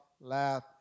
laugh